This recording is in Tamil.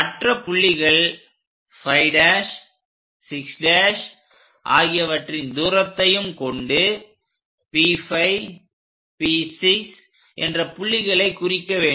மற்ற புள்ளிகள் 5' 6' ஆகியவற்றின் தூரத்தையும் கொண்டு P5 P6 என்ற புள்ளிகளை குறிக்க வேண்டும்